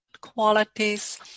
qualities